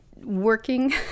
working